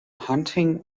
hunting